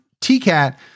TCAT